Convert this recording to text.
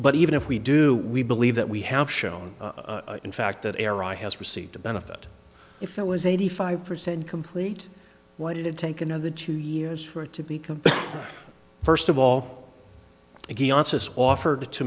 but even if we do we believe that we have shown in fact that era has received a benefit if it was eighty five percent complete why did it take another two years for it to be complete first of all again offered to